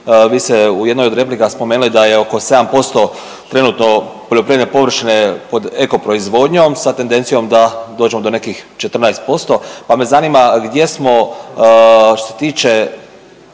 Vi ste u jednoj od replika spomenuli da je oko 7% trenutno poljoprivredne površine pod eko proizvodnjom sa tendencijom da dođemo do nekih 14%, pa me zanima gdje smo što se